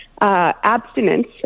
abstinence